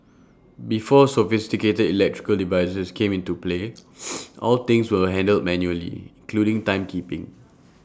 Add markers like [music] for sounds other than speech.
before sophisticated electrical devices came into play [noise] all things were handled manually including timekeeping